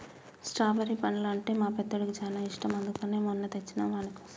strawberry పండ్లు అంటే మా పెద్దోడికి చాలా ఇష్టం అందుకనే మొన్న తెచ్చినం వానికోసం